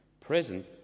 present